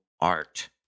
Art